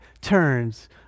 turns